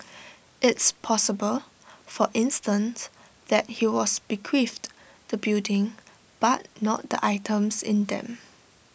it's possible for instance that he was bequeathed the building but not the items in them